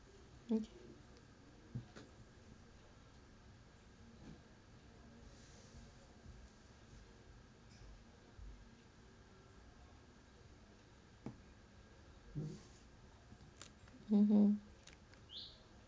mmhmm